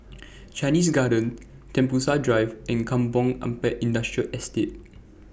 Chinese Garden Tembusu Drive and Kampong Ampat Industrial Estate